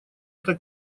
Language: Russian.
это